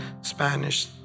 Spanish